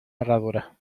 herradura